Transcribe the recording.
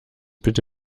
bitte